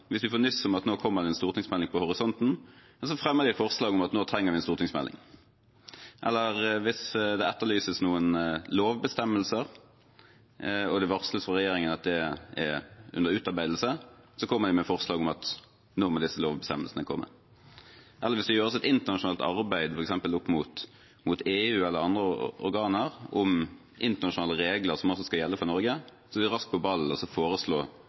Hvis de får nyss om at det kommer en stortingsmelding over horisonten, fremmer de et forslag om at nå trenger vi en stortingsmelding. Eller hvis det etterlyses noen lovbestemmelser, og det varsles fra regjeringen at det er under utarbeidelse, kommer de med forslag om at nå må disse lovbestemmelsene komme. Eller hvis det gjøres et internasjonalt arbeid, f.eks. opp mot EU eller andre organer om internasjonale regler som skal gjelde for Norge, er de raskt på ballen for å foreslå